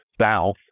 south